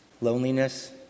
Loneliness